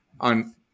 on